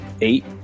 Eight